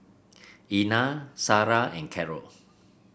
Ina Sara and Carol